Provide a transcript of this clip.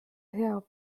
hea